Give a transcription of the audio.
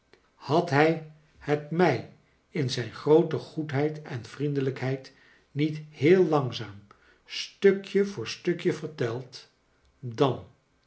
had taij het mij in zijn groote goedheid en vriendelijkheid niet heel langzaam stukje voor stukje verteld dan